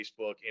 Facebook